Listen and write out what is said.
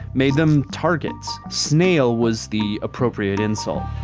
made them targets. snail was the appropriate insult.